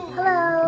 Hello